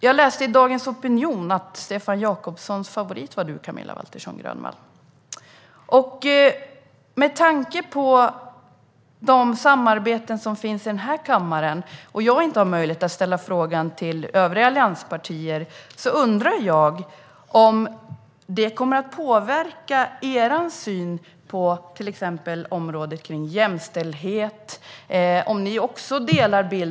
Jag läste i Dagens Opinion att Stefan Jakobssons favorit är du, Camilla Waltersson Grönvall. Med tanke på de samarbeten som finns här i kammaren och eftersom jag inte har möjlighet att ställa frågan till övriga allianspartier undrar jag om detta kommer att påverka er syn på exempelvis jämställdhetsområdet.